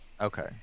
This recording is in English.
Okay